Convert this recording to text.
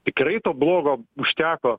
tikrai to blogo užteko